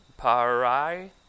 Parai